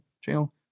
channel